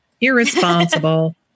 irresponsible